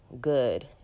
good